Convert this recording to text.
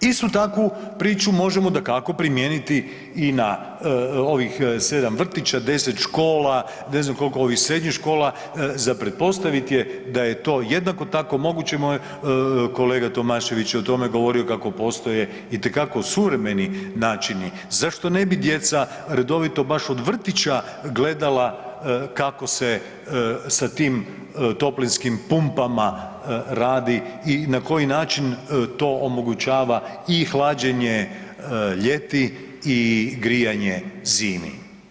Istu takvu priču možemo dakako primijeniti i na ovih 7 vrtića, 10 škola, ne znam koliko ovih srednjih škola, za pretpostaviti je da je to jednako tako moguće, moj kolega Tomašević je o tome govorio kako postoje itekako suvremeni načini, zašto ne bi djeca redovito baš od vrtića gledala kako se sa tim toplinskim pumpama radi i na koji način to omogućava i hlađenje ljeti i grijanje zimi.